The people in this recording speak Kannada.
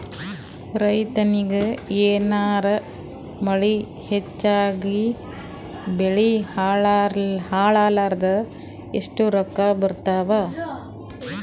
ರೈತನಿಗ ಏನಾರ ಮಳಿ ಹೆಚ್ಚಾಗಿಬೆಳಿ ಹಾಳಾದರ ಎಷ್ಟುರೊಕ್ಕಾ ಬರತ್ತಾವ?